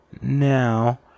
Now